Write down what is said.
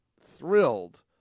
thrilled